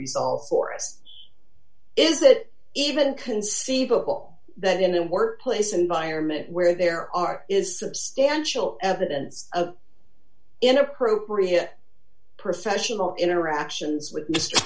resolve for us is it even conceivable that in an workplace environment where there are is substantial evidence of inappropriate professional interactions with m